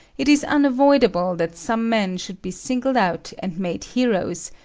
it is unavoidable that some men should be singled out and made heroes,